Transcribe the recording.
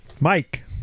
Mike